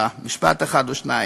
משפט אחד או שניים.